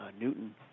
Newton